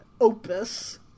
opus